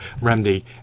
remedy